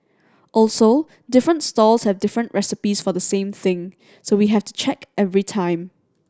also different stalls have different recipes for the same thing so we have to check every time